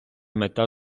мета